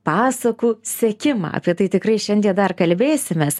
pasakų sekimą apie tai tikrai šiandie dar kalbėsimės